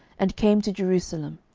and came to jerusalem,